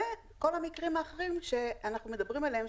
וכל המקרים האחרים שאנחנו מדברים עליהם,